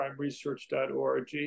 crimeresearch.org